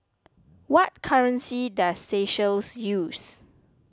what currency does Seychelles use